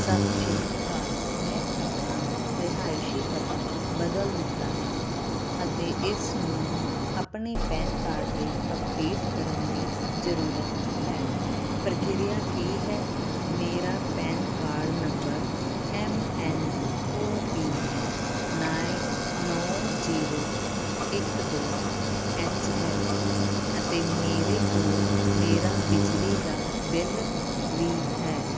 ਸਤਿ ਸ੍ਰੀ ਅਕਾਲ ਮੈਂ ਆਪਣਾ ਰਿਹਾਇਸ਼ੀ ਪਤਾ ਬਦਲ ਦਿੱਤਾ ਹੈ ਅਤੇ ਇਸ ਨੂੰ ਆਪਣੇ ਪੈਨ ਕਾਰਡ 'ਤੇ ਅਪਡੇਟ ਕਰਨ ਦੀ ਜ਼ਰੂਰਤ ਹੈ ਪ੍ਰਕਿਰਿਆ ਕੀ ਹੈ ਮੇਰਾ PAN card number M N O P ਨਾਏ ਨੌਂ ਜ਼ੀਰੋ ਇੱਕ ਦੋ ਐੱਚ ਹੈ ਅਤੇ ਮੇਰੇ ਕੋਲ ਮੇਰਾ ਬਿਜਲੀ ਦਾ ਬਿੱਲ ਵੀ ਹੈ